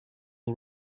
all